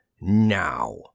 Now